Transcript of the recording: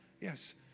Yes